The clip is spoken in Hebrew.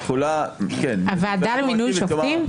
הוועדה למינוי שופטים?